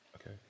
okay